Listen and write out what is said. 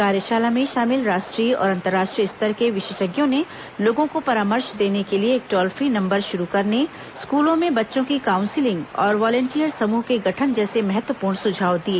कार्यशाला में शामिल राष्ट्रीय और अंतर्राष्ट्रीय स्तर के विशेषज्ञों ने लोगों को परामर्श देने के लिए एक टोल फ्री नंबर शुरू करने स्कूलों में बच्चों की काउंसिलिंग और वालेंटियर समूह के गठन जैसे महत्वपूर्ण सुझाव दिए